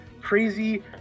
crazy